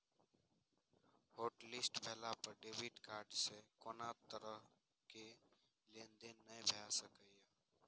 hotlist भेला पर debit card सं कोनो तरहक लेनदेन नहि भए सकैए